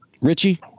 Richie